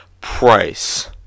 price